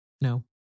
No